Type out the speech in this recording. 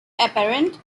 apparent